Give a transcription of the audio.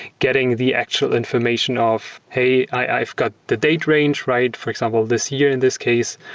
getting the actual information of, hey, i've got the date range right. for example, this year in this case,